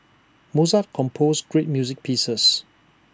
Mozart composed great music pieces